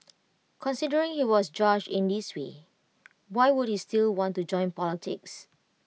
considering he was judged in this way why would he still want to join politics